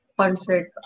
concert